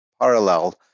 parallel